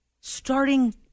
starting